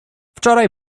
wczoraj